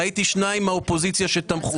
ראיתי שניים מן האופוזיציה שתמכו.